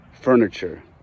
furniture